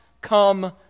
come